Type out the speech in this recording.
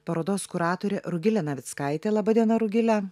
parodos kuratorė rugilė navickaitė laba diena rugile